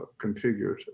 configured